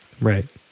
Right